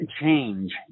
change